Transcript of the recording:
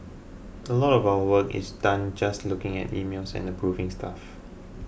a lot of our work is done just looking at emails and approving stuff